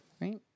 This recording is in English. right